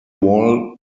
wall